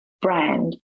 brand